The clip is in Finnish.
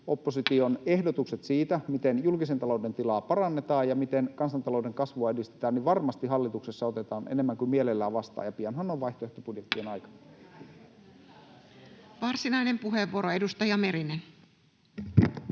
koputtaa] ehdotukset siitä, miten julkisen talouden tilaa parannetaan ja miten kansantalouden kasvua edistetään, varmasti hallituksessa otetaan enemmän kuin mielellään vastaan. Ja pianhan on vaihtoehtobudjettien aika. [Vasemmalta: Juuri näin!] Varsinainen puheenvuoro, edustaja Merinen.